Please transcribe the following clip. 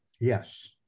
Yes